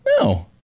No